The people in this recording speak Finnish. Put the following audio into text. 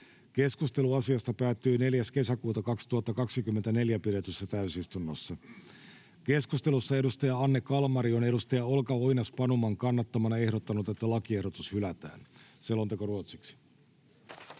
Keskustelu asiasta päättyi 4.6.2024 pidetyssä täysistunnossa. Keskustelussa edustaja Anne Kalmari on edustaja Olga Oinas-Panuman kannattamana ehdottanut, että lakiehdotus hylätään. — Selonteko ruotsiksi.